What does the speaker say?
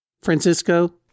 Francisco